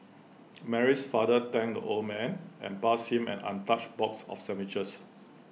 Mary's father thanked the old man and passed him an untouched box of sandwiches